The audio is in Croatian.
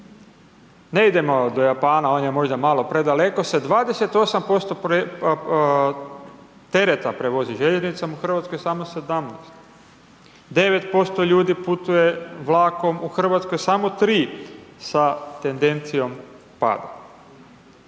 ne idemo do Japana, on je možda malo predaleko, sa 28% tereta prevozi željeznicom, u RH samo 17 9% ljudi putuje vlakom u Hrvatskoj, samo 3 sa tendencijom pada.